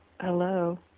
hello